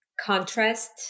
contrast